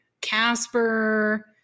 Casper